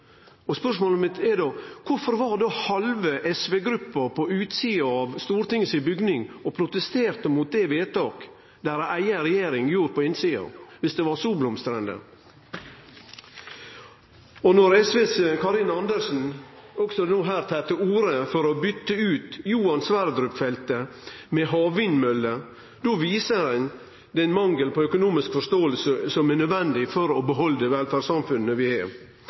Spørsmålet mitt er då: Kvifor var halve SV-gruppa på utsida av Stortinget si bygning og protesterte mot det vedtaket deira eiga regjering gjorde på innsida, viss det var så blomstrande? Når SVs Karin Andersen også her tar til orde for å bytte ut Johan Sverdrup-feltet med havvindmøller, då viser ein ein mangel på den økonomiske forståinga som er nødvendig for å bevare det velferdssamfunnet vi har.